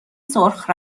سرخ